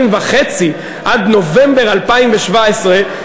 עד נובמבר 2017,